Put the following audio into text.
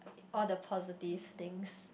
all the positive things